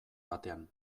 batean